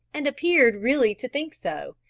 and appeared really to think so,